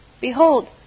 behold